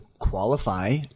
qualify